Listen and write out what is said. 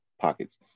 pockets